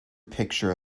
picture